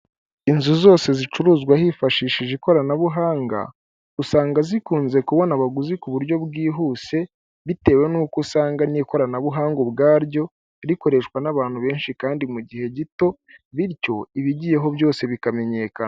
Inzu zose zicuruzwa hifashishijejwe ikoranabuhanga usanga zikunze kubona abaguzi ku buryo bwihuse bitewe n'uko usanga n'ikoranabuhanga ubwaryo rikoreshwa n'abantu benshi kandi mu gihe gito bityo ibigiyeho byose bikamenyekana.